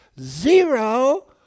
zero